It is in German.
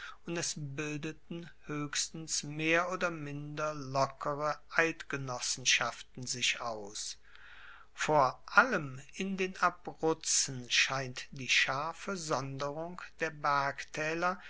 es bildeten hoechstens mehr oder minder lockere eidgenossenschaften sich aus vor allem in den abruzzen scheint die scharfe sonderung der